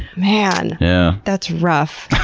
man, yeah that's rough.